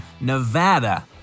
nevada